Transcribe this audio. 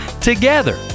together